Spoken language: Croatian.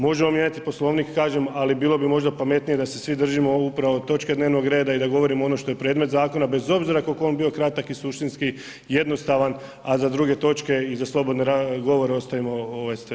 Možemo mijenjati Poslovnik kažem ali bilo bi možda pametnije da se svi držimo upravo točke dnevnog reda i da govorimo ono što je predmet zakona bez obzira koliko on bio kratak i suštinski, jednostavan a za druge točke i za slobodan govor ostavimo sve ostale stvari.